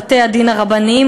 בבתי-הדין הרבניים,